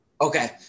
Okay